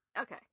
Okay